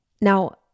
Now